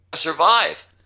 survive